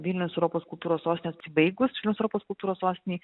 vilnius europos kultūros sostinė pasibaigus europos kultūros sostinei